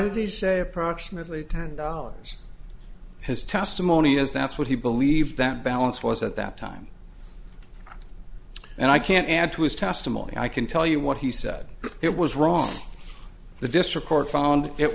did these say approximately ten dollars his testimony as that's what he believed that balance was at that time and i can't add to his testimony i can tell you what he said it was wrong the district court found it